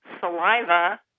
Saliva